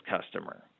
customer